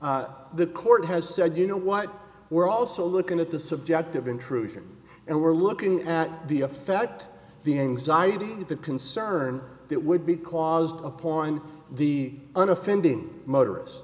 when the court has said you know what we're also looking at the subject of intrusion and we're looking at the effect the anxiety the concern it would be caused upon the unoffending motorists